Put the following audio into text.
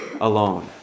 alone